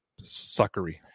suckery